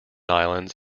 islands